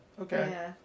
okay